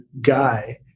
guy